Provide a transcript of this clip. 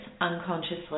unconsciously